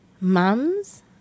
mums